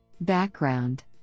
Background